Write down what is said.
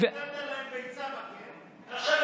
אתה הטלת להם ביצה בקן,